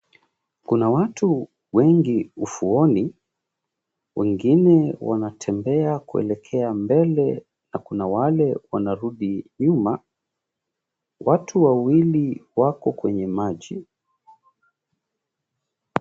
Kuna watu wengi ufuoni, wengine wanatembea kuelekea mbele na kuna wale wanarudi nyuma. Watu wawili wako kwenye maji.